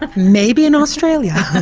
ah maybe in australia!